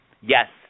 Yes